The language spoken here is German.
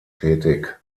tätig